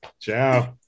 ciao